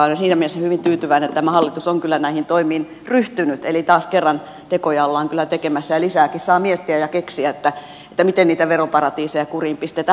olen siinä mielessä hyvin tyytyväinen että tämä hallitus on kyllä näihin toimiin ryhtynyt eli taas kerran tekoja ollaan kyllä tekemässä ja lisääkin saa miettiä ja keksiä miten niitä veroparatiiseja kuriin pistetään